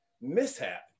mishap